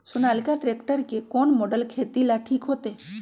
Sonalika tractor के कौन model खेती ला ठीक होतै?